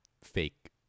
fake